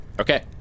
Okay